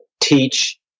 teach